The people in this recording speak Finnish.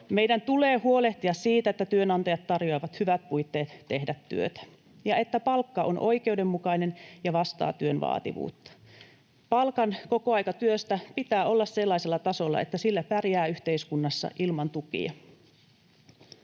Meidän tulee huolehtia siitä, että työnantajat tarjoavat hyvät puitteet tehdä työtä ja että palkka on oikeudenmukainen ja vastaa työn vaativuutta. Palkan kokoaikatyöstä pitää olla sellaisella tasolla, että sillä pärjää yhteiskunnassa ilman tukia.